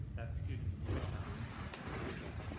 that student would not do that.